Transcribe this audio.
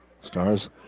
Stars